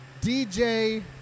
DJ